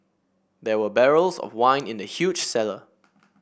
there were barrels of wine in the huge cellar